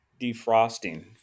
defrosting